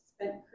spent